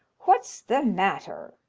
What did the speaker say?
what's the matter?